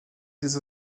des